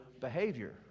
behavior